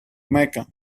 mecca